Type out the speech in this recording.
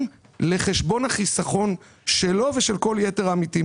לחשבון החיסכון שלו ושל כל יתר העמיתים.